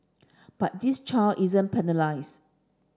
but this child isn't penalised